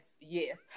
yes